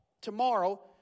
Tomorrow